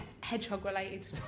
hedgehog-related